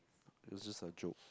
it was just a joke